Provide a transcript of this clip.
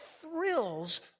thrills